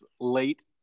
late